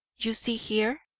you see here,